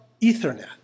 Ethernet